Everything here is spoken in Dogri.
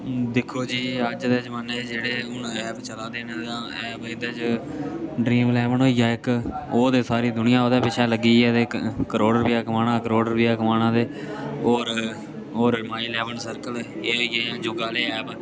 दिक्खो जी अज्ज दे ज़मान्ने च जेह्ड़े हून ऐप चला दे न जां ऐप एह्दे च ड्रीम इलेवन होइया इक ओह् ते सारी दूनिया ओह्दे पिच्छे लग्गी दी ऐ ते करोड़ रपेआ कमाना ते करोड़ रपेआ कमाना ते होर माय इलेवन सर्किल एह् होइये जुआ आह्ले ऐप